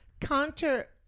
counter